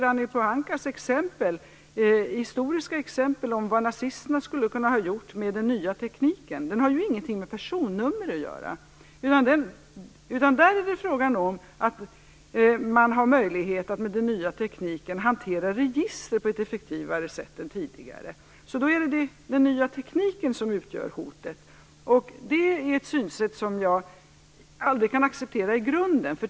Ragnhild Pohanka gav ett historiskt exempel om vad nazisterna skulle kunna ha gjort med den nya tekniken, men det har ju ingenting med personnummer att göra. Det är fråga om att man med den nya tekniken har möjlighet att hantera register på ett effektivare sätt än tidigare. Då blir det alltså den nya tekniken som är hotet, men det är ett synsätt som jag aldrig kan acceptera i grunden.